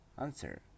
answer